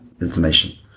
information